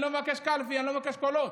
אני לא מבקש קלפי, אני לא מבקש קולות.